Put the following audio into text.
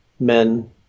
men